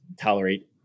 tolerate